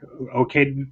Okay